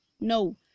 no